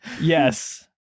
Yes